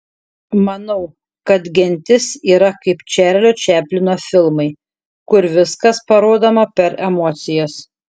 manau kad gentis yra kaip čarlio čaplino filmai kur viskas parodoma per emocijas